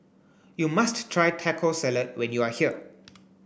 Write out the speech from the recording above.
you must try Taco Salad when you are here